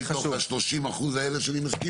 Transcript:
כמה מתוך ה-30 אחוז האלה שאני משכיר